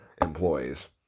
employees